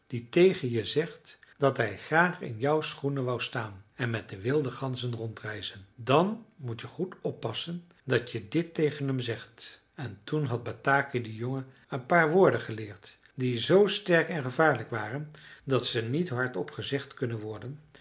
die tegen je zegt dat hij graag in jouw schoenen wou staan en met de wilde ganzen rondreizen dan moet je goed oppassen dat je dit tegen hem zegt en toen had bataki den jongen een paar woorden geleerd die z sterk en gevaarlijk waren dat ze niet hardop gezegd kunnen worden